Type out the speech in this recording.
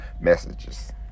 messages